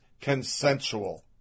Consensual